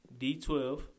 d12